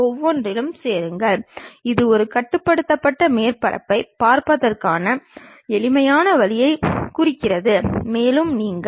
இவ்வாறு நாம் செய்யும் பொழுது அந்த பொருளை பற்றிய முழு தகவலையும் அறியலாம்